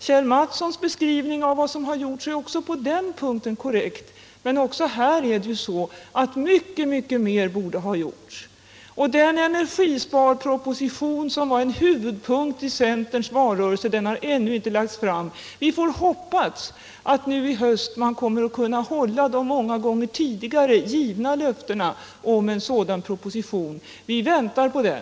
Kjell Mattssons beskrivning av vad som har gjorts är också på den punkten korrekt, men också här borde mycket mer ha gjorts. Den energisparproposition som var en huvudpunkt i centerns valrörelse har ännu inte lagts fram. Vi får hoppas att man nu i höst kommer att kunna hålla de många gånger tidigare givna löftena om en sådan proposition. Vi väntar på den.